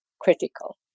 critical